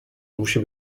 musi